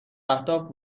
اهداف